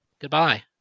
Goodbye